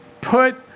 Put